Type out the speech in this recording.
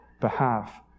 behalf